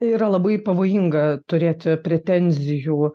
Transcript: yra labai pavojinga turėti pretenzijų